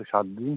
ওই সাত দিন